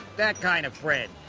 that kind of friend.